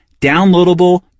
downloadable